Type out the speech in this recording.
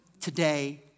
Today